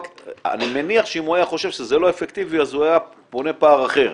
אני מניח שאם הוא היה חושב שזה לא אפקטיבי אז הוא היה בונה פער אחר.